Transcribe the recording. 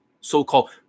so-called